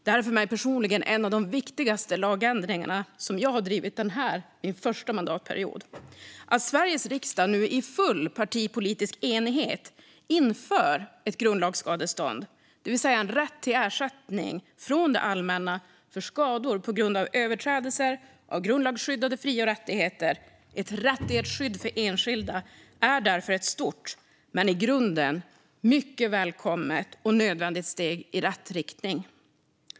Det här är för mig personligen en av de viktigaste lagändringar jag drivit denna min första mandatperiod. Att Sveriges riksdag nu i full partipolitisk enighet inför ett grundlagsskadestånd, det vill säga en rätt till ersättning från det allmänna för skador på grund av överträdelser av grundlagsskyddade fri och rättigheter - ett rättighetsskydd för enskilda - är ett stort och i grunden mycket välkommet och nödvändigt steg i rätt riktning.